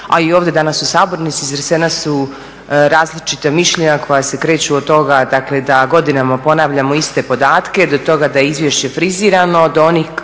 a i ovdje danas u sabornici iznesena su različita mišljenja koja se kreću od toga dakle da godinama ponavljamo iste podatke, do toga da je izvješće frizirano do onih